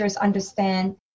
understand